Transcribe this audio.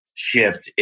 shift